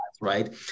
right